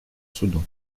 суду